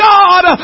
God